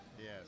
Yes